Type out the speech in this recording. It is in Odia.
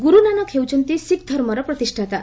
ଗୁରୁ ନାନକ ହେଉଛନ୍ତି ଶିଖ୍ ଧର୍ମର ପ୍ରତିଷ୍ଠାତା